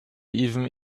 even